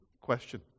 question